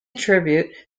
tribute